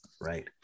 Right